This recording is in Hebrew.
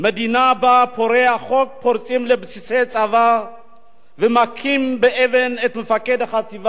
מדינה שבה פורעי החוק פורצים לבסיסי צבא ומכים באבן את מפקד החטיבה,